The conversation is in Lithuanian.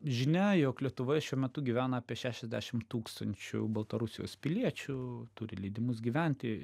žinia jog lietuvoje šiuo metu gyvena apie šešiasdešim tūkstančių baltarusijos piliečių turi leidimus gyventi